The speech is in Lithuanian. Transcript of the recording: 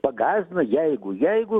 pagąsdina jeigu jeigu